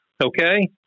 okay